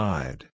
Side